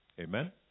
Amen